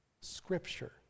Scripture